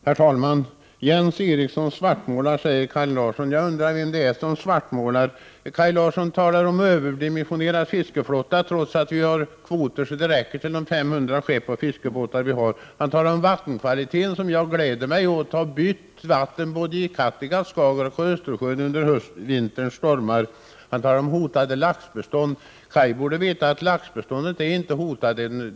Herr talman! ”Jens Eriksson svartmålar” säger Kaj Larsson. Jag undrar vem det är som svartmålar? Kaj Larsson talar om en överdimensionerad fiskeflotta, trots att vi har kvoter så att det räcker för de 500 skeppen och fiskebåtarna. Han talar också om vattenkvaliteten. Jag gläder mig åt att vattnet i Kattegatt, Skagerrak och Östersjön har bytts ut under vinterns 7 stormar. Kaj Larsson talar också om hotade laxbestånd. Kaj Larsson borde veta att laxbeståndet ännu inte är hotat.